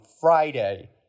Friday